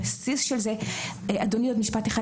הבסיס של זה, אדוני, עוד משפט אחד.